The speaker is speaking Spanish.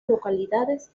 localidades